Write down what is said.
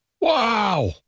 Wow